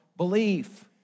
belief